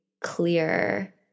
clear